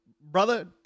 brother